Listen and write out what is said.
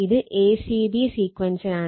ഇത് a c b സീക്വൻസിനാണ്